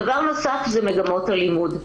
דבר נוסף הוא מגמות הלימוד.